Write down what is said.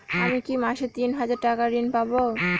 আমি কি মাসে তিন হাজার টাকার ঋণ পাবো?